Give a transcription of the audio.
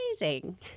amazing